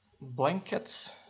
blankets